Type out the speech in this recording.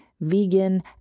vegan